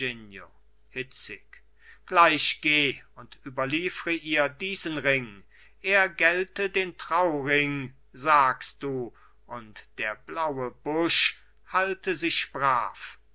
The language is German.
gleich geh und überliefre ihr diesen ring er gelte den trauring sagst du und der blaue busch halte sich